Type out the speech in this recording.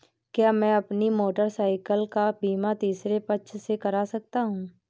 क्या मैं अपनी मोटरसाइकिल का बीमा तीसरे पक्ष से करा सकता हूँ?